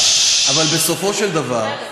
אבל בסופו של דבר,